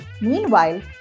meanwhile